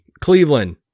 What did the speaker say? Cleveland